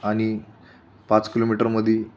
आणि पाच किलोमीटरमध्ये